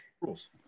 rules